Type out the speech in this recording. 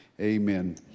amen